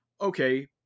okay